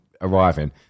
arriving